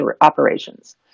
operations